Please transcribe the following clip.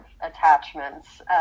attachments